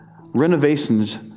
renovations